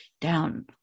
Down